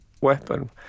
weapon